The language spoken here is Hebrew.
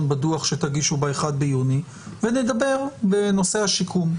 בדוח שתגישו ב-1 ביוני ונדבר בנושא השיקום.